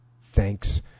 Thanks